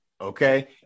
okay